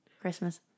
Christmas